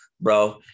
Bro